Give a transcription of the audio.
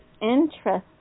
interesting